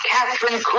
Catherine